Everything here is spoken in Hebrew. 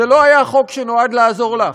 זה לא היה חוק שנועד לעזור לך.